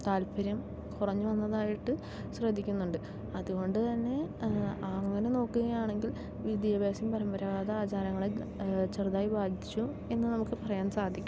താല്പര്യം കുറഞ്ഞ് വന്നതായിട്ട് ശ്രദ്ധിക്കുന്നുണ്ട് അതുകൊണ്ടുതന്നെ അങ്ങനെ നോക്കുകയാണെങ്കിൽ വിദ്യാഭ്യാസം പരമ്പരാഗത ആചാരങ്ങളെ ചെറുതായി ബാധിച്ചു എന്ന് നമുക്ക് പറയാൻ സാധിക്കും